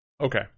Okay